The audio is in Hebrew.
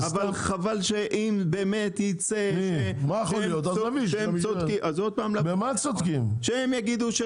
אבל חבל שאם באמת יצא שהם צודקים אז עוד פעם לבוא.